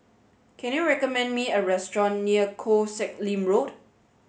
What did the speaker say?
can you recommend me a restaurant near Koh Sek Lim Road